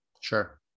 Sure